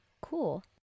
Cool